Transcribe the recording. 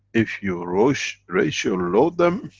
if you ratio ratio load them,